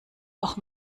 auch